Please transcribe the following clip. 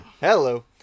Hello